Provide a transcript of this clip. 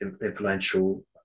influential